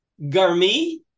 garmi